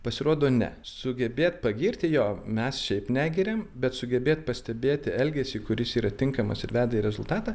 pasirodo ne sugebėt pagirti jo mes šiaip negiriam bet sugebėt pastebėti elgesį kuris yra tinkamas ir veda į rezultatą